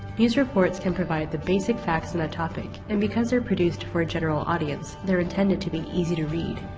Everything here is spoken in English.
news reports can provide the basic facts on a topic, and because they're produced for a general audience, they're intended to be easy to read.